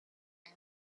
and